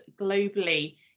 globally